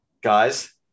Guys